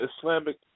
Islamic